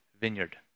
vineyard